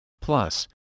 Plus